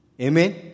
Amen